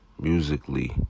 musically